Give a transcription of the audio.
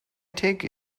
take